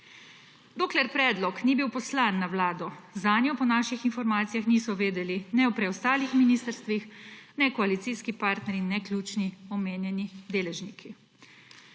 Dokler predlog ni bil poslan na Vlado, zanjo po naših informacijah niso vedeli ne na preostalih ministrstvih ne koalicijski partnerji ne ključni omenjeni deležniki.